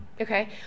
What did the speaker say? Okay